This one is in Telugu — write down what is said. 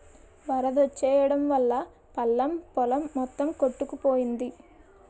వరదొచ్చెయడం వల్లా పల్లం పొలం మొత్తం కొట్టుకుపోయింది